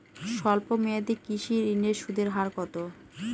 স্বল্প মেয়াদী কৃষি ঋণের সুদের হার কত?